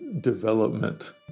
development